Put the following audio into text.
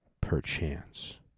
perchance